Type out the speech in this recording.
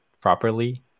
properly